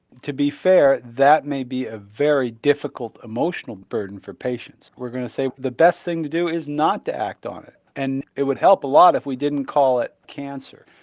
to be fair that may be a very difficult emotional burden for patients. we're going to say the best thing to do is not to act on it. and it would help a lot if we didn't call it cancer.